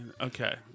Okay